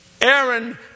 Aaron